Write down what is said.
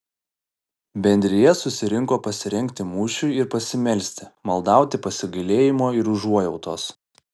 bendrija susirinko pasirengti mūšiui ir pasimelsti maldauti pasigailėjimo ir užuojautos